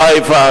חיפה,